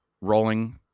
rolling